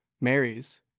Marries